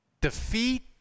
defeat